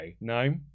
No